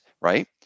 right